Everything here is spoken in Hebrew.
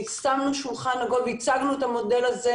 יישמנו שולחן עגול והצגנו את המודל הזה